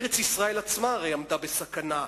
ארץ-ישראל עצמה הרי עמדה בסכנה,